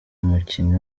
umukinnyi